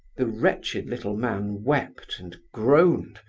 the wretched little man wept, and groaned,